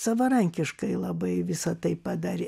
savarankiškai labai visa tai padarė